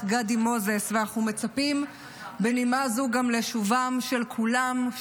גדי מוזס בנימה זו אנחנו מצפים גם לשובם של כולם,